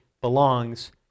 belongs